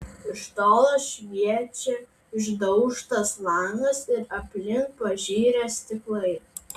iš tolo šviečia išdaužtas langas ir aplink pažirę stiklai